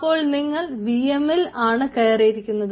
അപ്പോൾ നിങ്ങൾ വിഎമ്മിൽ ആണ് കയറിയിരിക്കുന്നത്